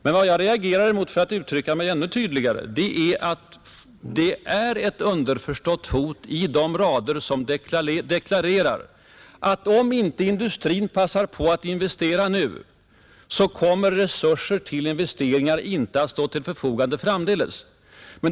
Men vad jag reagerar emot, för att uttrycka mig ännu tydligare, är att det ligger ett underförstått hot i de rader som deklarerar, att om inte industrin passar på att investera nu så kommer resurser till investeringar inte att stå till förfogande framdeles.